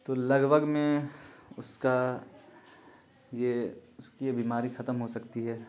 تو لگ بھگ میں اس کا یہ اس کی یہ بیماری ختم ہو سکتی ہے